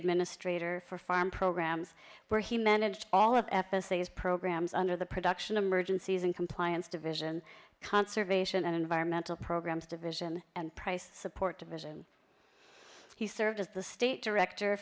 administrator for farm programs where he managed all of episodes programs under the production emergencies and compliance division conservation and environmental programs division and price support division he served as the state director